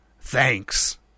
Thanks